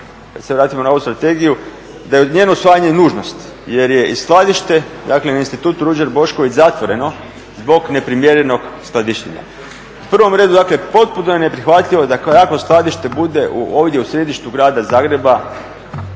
sad se vratimo na ovu strategiju, da je njeno usvajanje nužnost jer je i skladište, dakle na Institutu Ruđer Bošković zatvoreno zbog neprimjerenog skladištenja. U prvom redu dakle potpuno je neprihvatljivo da takvo jako skladište bude ovdje u središtu Grada Zagreba